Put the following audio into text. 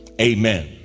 amen